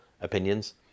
opinions